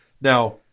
Now